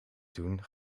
doen